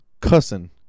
Cussing